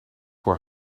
voor